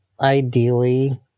ideally